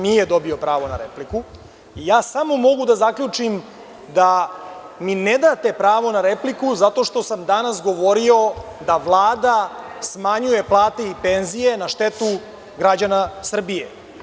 Nije dobio pravo na repliku i samo mogu da zaključim da mi ne date pravo na repliku zato što sam danas govorio da Vlada smanjuje plate i penzije na štetu građana Srbije.